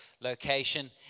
location